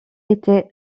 été